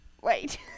Wait